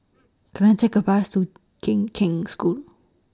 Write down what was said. Can I Take A Bus to Kheng Cheng School